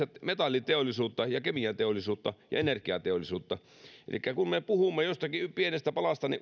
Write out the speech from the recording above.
metalliteollisuutta ja kemianteollisuutta ja energiateollisuutta elikkä kun me puhumme jostakin pienestä palasta niin